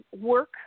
Work